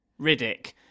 Riddick